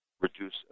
reduce